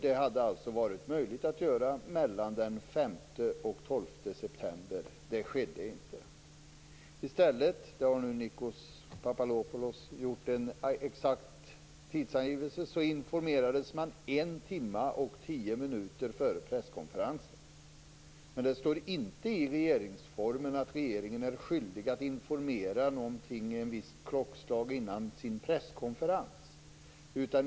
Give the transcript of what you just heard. Detta hade alltså varit möjligt att göra mellan den 5 och den 12 september. Så skedde inte. I stället - och här gjorde Nikos Papadopoulos en exakt tidsangivelse - informerades man en timme och tio minuter före presskonferensen. Men det står inte i regeringsformen att regeringen är skyldig att lämna information ett visst klockslag innan sin presskonferens.